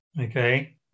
Okay